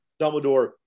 Dumbledore